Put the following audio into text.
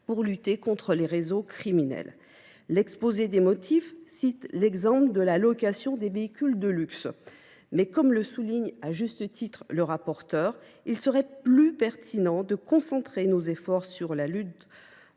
pour lutter contre les réseaux criminels. L’exposé des motifs cite l’exemple de la location de véhicules de luxe. Toutefois, ainsi que le rapporteur le souligne à juste titre, il serait plus pertinent de concentrer nos efforts sur la lutte